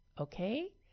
Okay